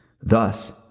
thus